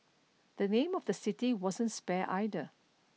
the name of the city wasn't spared either